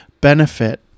benefit